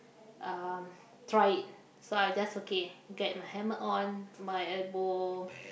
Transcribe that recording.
uh try it so I just okay get my helmet on my elbow